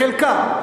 בחלקם,